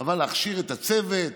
אבל להכשיר את הצוות,